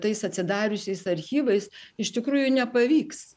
tais atsidariusiais archyvais iš tikrųjų nepavyks